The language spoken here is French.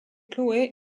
chloé